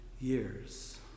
years